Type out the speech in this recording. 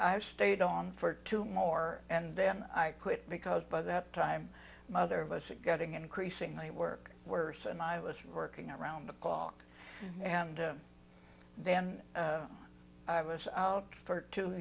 i stayed on for two more and then i quit because by that time mother of us and getting increasingly work worse and i was working around the clock and then i was out for two